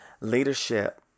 leadership